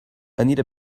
anita